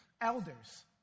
elders